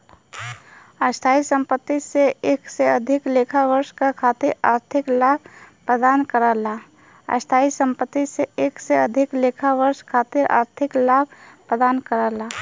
स्थायी संपत्ति से एक से अधिक लेखा वर्ष के खातिर आर्थिक लाभ प्रदान करला